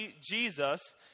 Jesus